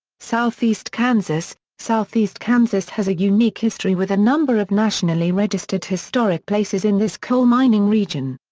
southeast kansas southeast kansas has a unique history with a number of nationally registered historic places in this coal-mining region.